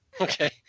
Okay